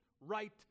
right